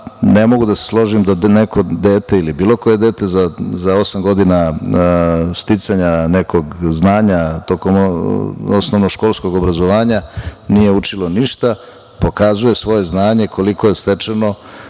Ne mogu da se složim da neko dete ili bilo koje dete za osam godina sticanja nekog znanja tokom osnovnoškolskog obrazovanja nije učilo ništa, pokazuje svoje znanje koliko je stečeno